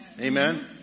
Amen